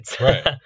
right